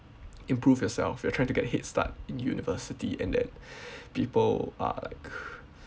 improve yourself you're trying to get a head start in university and then people are like